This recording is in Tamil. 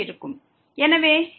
எனவே sin r r